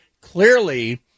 Clearly